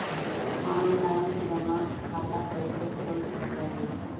Online जमा खाता कैसे खोल सक हिय?